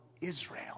Israel